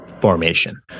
formation